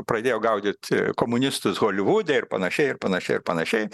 pradėjo gaudyt komunistus holivude ir panašiai ir panašiai ir panašiai